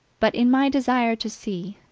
but in my desire to see,